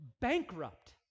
bankrupt